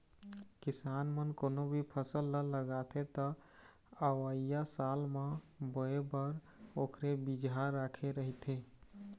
किसान मन कोनो भी फसल ल लगाथे त अवइया साल म बोए बर ओखरे बिजहा राखे रहिथे